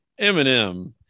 Eminem